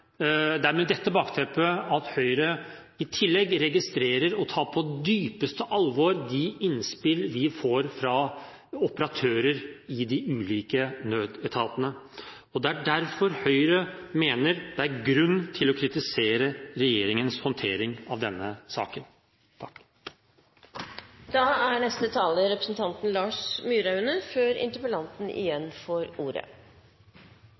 Høyre i tillegg registrerer og tar på dypeste alvor de innspill vi får fra operatører i de ulike nødetatene, og det er derfor Høyre mener det er grunn til å kritisere regjeringens håndtering av denne saken. Jeg vil takke interpellanten for å ha brakt for dagen en viktig sak for kongeriket Norge. Vi er